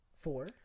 four